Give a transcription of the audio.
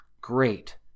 great